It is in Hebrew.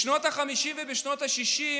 בשנות החמישים ובשנות השישים